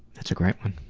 that's a great one.